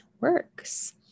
works